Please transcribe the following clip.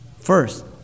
First